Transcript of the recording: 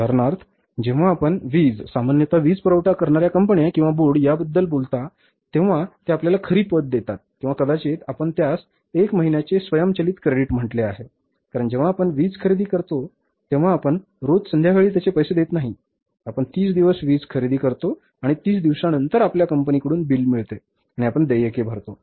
उदाहरणार्थ जेव्हा आपण वीज सामान्यत वीज पुरवठा करणार्या कंपन्या किंवा बोर्ड याबद्दल बोलता तेव्हा ते आपल्याला खरी पत देतात किंवा कदाचित आपण त्यास 1 महिन्याचे स्वयंचलित क्रेडिट म्हटले आहे कारण जेव्हा आपण वीज खरेदी करतो तेव्हा आपण रोज संध्याकाळी त्याचे पैसे देत नाही आपण 30 दिवस वीज खरेदी करतो आणि 30 दिवसानंतर आपल्याला कंपनीकडून बिल मिळते आणि आपण देयके भरतो